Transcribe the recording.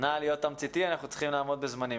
נא להיות תמציתי, אנחנו צריכים לעמוד בזמנים.